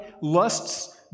lusts